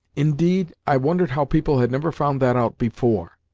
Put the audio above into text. indeed, i wondered how people had never found that out before.